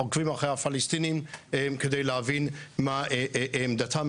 עוקבים אחרי הפלסטינים כדי להבין מה עמדתם,